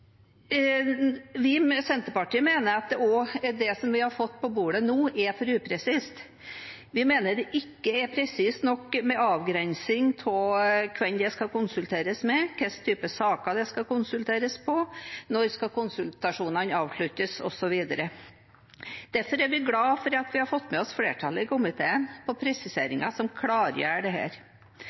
vi har fått på bordet nå, er for upresist. Vi mener det ikke er presist nok med tanke på avgrensing av hvem det skal konsulteres med, hva slags type saker det skal konsulteres i, når konsultasjonene skal avsluttes, osv. Derfor er vi glad for at vi har fått med oss flertallet i komiteen på presiseringer som klargjør dette. Det